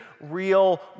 real